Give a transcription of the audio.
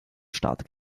staat